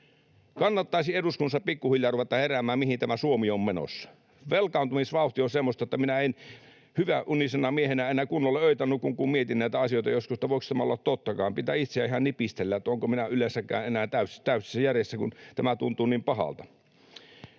Kannattaisi eduskunnassa pikkuhiljaa ruveta heräämään, mihin tämä Suomi on menossa. Velkaantumisvauhti on semmoista, että minä en hyväunisena miehenä enää kunnolla öitä nuku, kun mietin näitä asioita joskus, että voiko tämä olla tottakaan. Pitää itseään ihan nipistellä, olenko yleensäkään enää täysissä järjissä, kun tämä tuntuu niin pahalta.